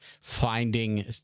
finding